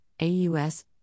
AUS